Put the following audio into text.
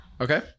Okay